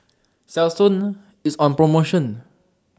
Selsun IS on promotion